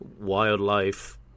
wildlife